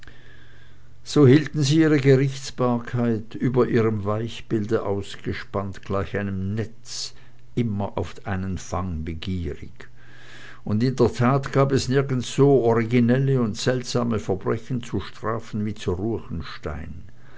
so hielten sie ihre gerichtsbarkeit über ihrem weichbilde ausgespannt gleich einem netz immer auf einen fang begierig und in der tat gab es nirgends so originelle und seltsame verbrechen zu strafen wie zu